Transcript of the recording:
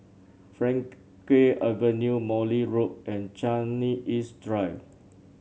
Frankel Avenue Morley Road and Changi East Drive